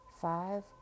five